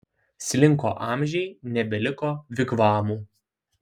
slinko amžiai nebeliko vigvamų